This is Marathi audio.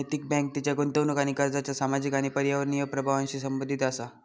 नैतिक बँक तिच्या गुंतवणूक आणि कर्जाच्या सामाजिक आणि पर्यावरणीय प्रभावांशी संबंधित असा